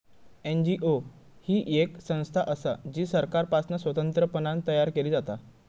NGO ही येक संस्था असा जी सरकारपासना स्वतंत्रपणान तयार केली जाता